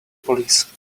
police